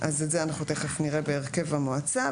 את זה אנחנו תיכף נראה בהרכב המועצה.